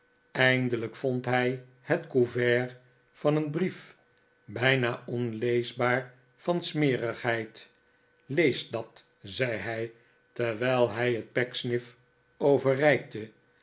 eindelijk vond hij het couvert van een brief bijna onleesbaar van smerigheid lees dat zei hij terwijl hij het pecksniff overreikte